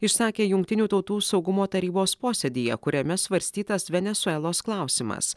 išsakė jungtinių tautų saugumo tarybos posėdyje kuriame svarstytas venesuelos klausimas